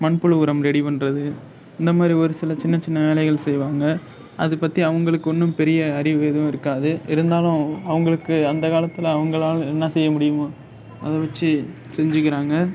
மண்புழு உரம் ரெடி பண்ணுறது இந்த மாதிரி ஒரு சில சின்ன சின்ன வேலைகள் செய்வாங்க அது பற்றி அவங்களுக்கு ஒன்றும் பெரிய அறிவு எதுவும் இருக்காது இருந்தாலும் அவங்களுக்கு அந்த காலத்தில் அவங்களால் என்ன செய்ய முடியுமோ அதை வெச்சி செஞ்சுக்கிறாங்க